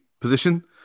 position